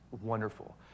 wonderful